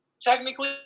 technically